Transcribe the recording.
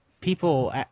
People